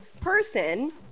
person